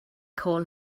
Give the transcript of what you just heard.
call